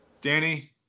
Danny